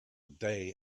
day